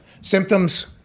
symptoms